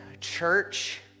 church